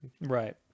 Right